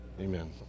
Amen